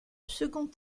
second